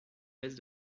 baisse